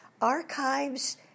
archives